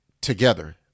together